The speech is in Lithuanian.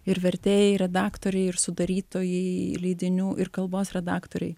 ir vertėjai redaktoriai ir sudarytojai leidinių ir kalbos redaktoriai